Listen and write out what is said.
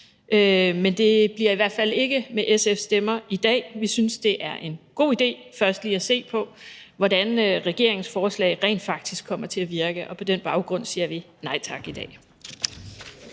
men det bliver i hvert fald ikke med SF's stemmer i dag. Vi synes, det er en god idé først lige at se på, hvordan regeringens forslag rent faktisk kommer til at virke. På den baggrund siger vi nej tak i dag.